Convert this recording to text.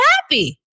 happy